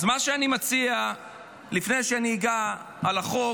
אז מה שאני מציע לפני שאני אגע בחוק: